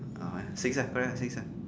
ah why six ah correct six ah